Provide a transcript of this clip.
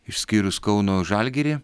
išskyrus kauno žalgirį